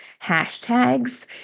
hashtags